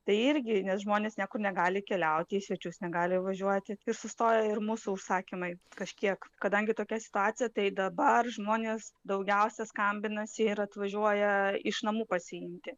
tai irgi nes žmonės niekur negali keliauti į svečius negali važiuoti ir sustoja ir mūsų užsakymai kažkiek kadangi tokia situacija tai dabar žmonės daugiausia skambinasi ir atvažiuoja iš namų pasiimti